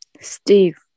Steve